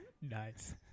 Nice